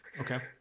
okay